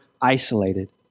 isolated